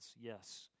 Yes